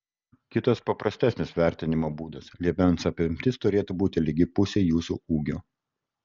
kitas paprastesnis vertinimo būdas liemens apimtis turėtų būti lygi pusei jūsų ūgio